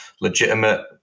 legitimate